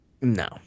No